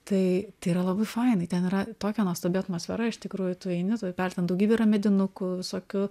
tai tai yra labai fainai ten yra tokia nuostabi atmosfera iš tikrųjų tu eini tų upelių ten daugybė yra medinukų visokių